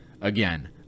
again